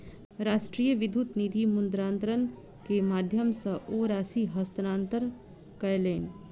राष्ट्रीय विद्युत निधि मुद्रान्तरण के माध्यम सॅ ओ राशि हस्तांतरण कयलैन